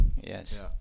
yes